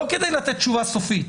לא כדי לתת תשובה סופית,